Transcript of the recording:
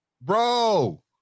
Bro